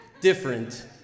different